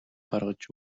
гаргаж